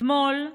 אתמול,